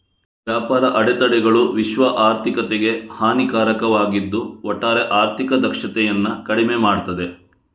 ವ್ಯಾಪಾರ ಅಡೆತಡೆಗಳು ವಿಶ್ವ ಆರ್ಥಿಕತೆಗೆ ಹಾನಿಕಾರಕವಾಗಿದ್ದು ಒಟ್ಟಾರೆ ಆರ್ಥಿಕ ದಕ್ಷತೆಯನ್ನ ಕಡಿಮೆ ಮಾಡ್ತದೆ